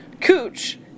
Cooch